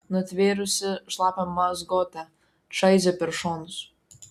nutvėrusi šlapią mazgotę čaižė per šonus